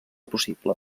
possible